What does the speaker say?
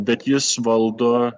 bet jis valdo